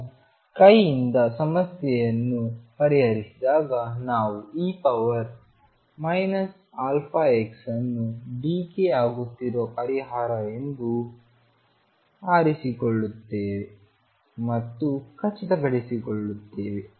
ನಾವು ಕೈಯಿಂದ ಸಮಸ್ಯೆಯನ್ನು ಪರಿಹರಿಸಿದಾಗ ನಾವು e−αx ಅನ್ನು ಡಿಕೆ ಆಗುತ್ತಿರುವ ಪರಿಹಾರ ಎಂದು ಆರಿಸಿಕೊಳ್ಳುತ್ತೇವೆ ಮತ್ತು ಖಚಿತಪಡಿಸಿಕೊಳ್ಳುತ್ತೇವೆ